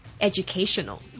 educational